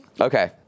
Okay